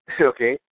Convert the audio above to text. Okay